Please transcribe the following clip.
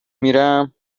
میرم